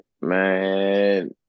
man